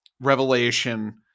revelation